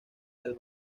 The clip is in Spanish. del